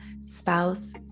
spouse